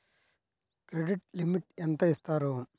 Credit limit ఎంత ఇస్తారు?